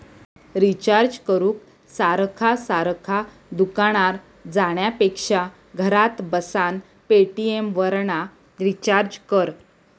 recharge करूक सारखा सारखा दुकानार जाण्यापेक्षा घरात बसान पेटीएमवरना रिचार्ज कर